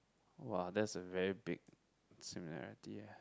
!wah! that's a very big similarity eh